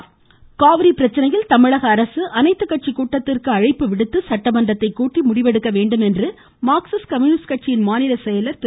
பாலகிருஷ்ணன் காவிரி பிரச்சினையில் தமிழக அரசு அனைத்து கட்சி கூட்டத்திற்கு அழைப்பு விடுத்து சட்டமன்றத்தை கூட்டி முடிவெடுக்க வேண்டும் என்று மார்க்சிஸ்ட் கம்யூனிஸ்ட் கட்சியின் மாநில செயலாளர் திரு